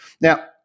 Now